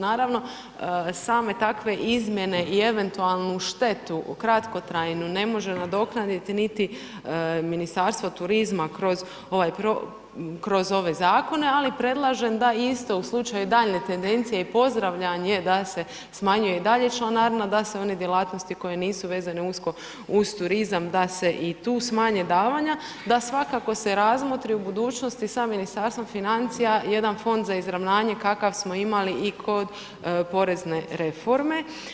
Naravno same takve izmjene i eventualnu štetu kratkotrajnu ne može nadoknaditi niti Ministarstvo turizma kroz ovaj, kroz ove Zakone, ali predlažem da ... u slučaju daljnje tendencije i pozdravljanje da se smanjuje i dalje članarina, da se one djelatnosti koje nisu vezane usko uz turizam da se i tu smanje davanja, da svakako se razmotri u budućnosti sa Ministarstvom financija jedan Fond za izravnanje kakav smo imali i kod porezne reforme.